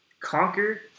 Conquer